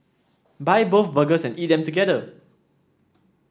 buy both burgers and eat them together